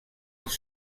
els